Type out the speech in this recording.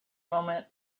moment